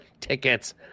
tickets